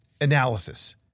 analysis